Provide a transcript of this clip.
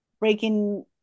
breaking